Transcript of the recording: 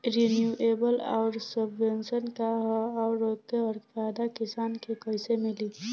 Renewable आउर subvention का ह आउर एकर फायदा किसान के कइसे मिली?